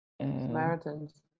samaritans